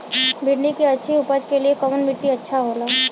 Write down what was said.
भिंडी की अच्छी उपज के लिए कवन मिट्टी अच्छा होला?